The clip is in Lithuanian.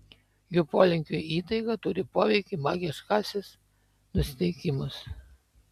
jų polinkiui į įtaigą turi poveikį magiškasis nusiteikimas